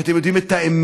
כי אתם יודעים את האמת.